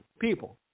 people